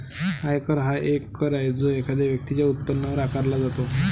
आयकर हा एक कर आहे जो एखाद्या व्यक्तीच्या उत्पन्नावर आकारला जातो